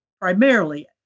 primarily